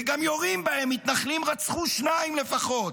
וגם יורים בהם, מתנחלים רצחו שניים לפחות,